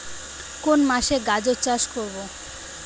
কোন মাসে গাজর চাষ করব?